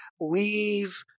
leave